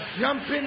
jumping